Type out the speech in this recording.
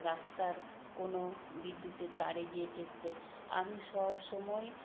রাস্তার কোনও বিদ্যুতের তারে গিয়ে ঠেকছে আমি সব সময়